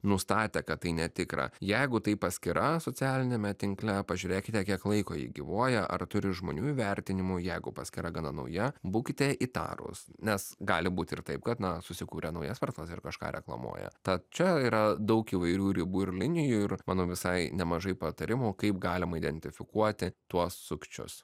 nustatę kad tai netikra jeigu tai paskyra socialiniame tinkle pažiūrėkite kiek laiko ji gyvuoja ar turi žmonių įvertinimų jeigu paskyra gana nauja būkite įtarūs nes gali būti ir taip kad na susikurė naujas verslas ir kažką reklamuoja tad čia yra daug įvairių ribų ir linijų ir manau visai nemažai patarimų kaip galima identifikuoti tuos sukčius